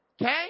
okay